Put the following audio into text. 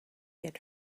had